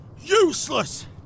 useless